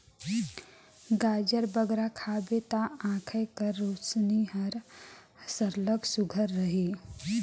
गाजर बगरा खाबे ता आँएख कर रोसनी हर सरलग सुग्घर रहेल